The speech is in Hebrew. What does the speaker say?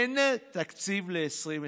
אין תקציב ל-2020.